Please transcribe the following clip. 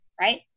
right